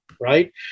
right